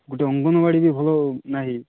ଗୋଟେ ଅଙ୍ଗନବାଡ଼ି ବି ଭଲ ନାହିଁ